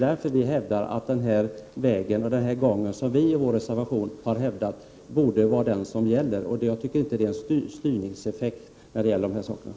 Därför hävdar vi att den gång som vi föreslår i vår reservation borde vara den som gäller. Här handlar det inte om någon styrningseffekt.